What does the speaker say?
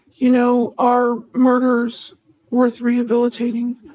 you know, are murders worth rehabilitating?